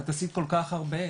את עשית כל כך הרבה.